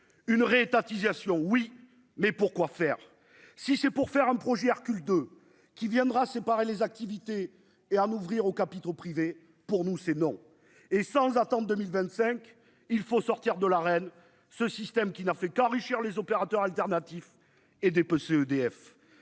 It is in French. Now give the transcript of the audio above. une raie étatisation oui mais pour quoi faire, si c'est pour faire un. Projet recule de qui viendra séparer les activités et à m'ouvrir aux capitaux privés, pour nous, c'est non et sans attendre 2025. Il faut sortir de la reine, ce système qui n'a fait qu'enrichir les opérateurs alternatifs et des PC EDF